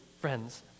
friends